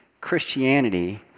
Christianity